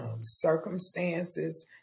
circumstances